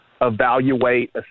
evaluate